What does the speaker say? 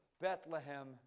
Bethlehem